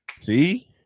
See